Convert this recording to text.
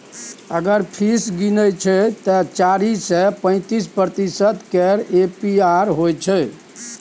अगर फीस गिनय छै तए चारि सय पैंतीस प्रतिशत केर ए.पी.आर होइ छै